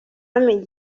bamenya